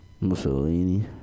Mussolini